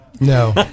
No